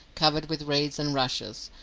covered with reeds and rushes,